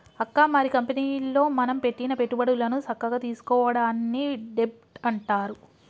అక్క మరి కంపెనీలో మనం పెట్టిన పెట్టుబడులను సక్కగా తీసుకోవడాన్ని డెబ్ట్ అంటారు